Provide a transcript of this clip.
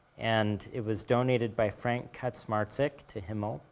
and, it was donated by frank kacmarcik to hmml.